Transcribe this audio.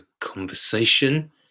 conversation